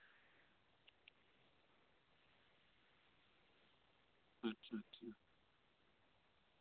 ᱟᱪᱪᱷᱟ ᱟᱪᱪᱷᱟ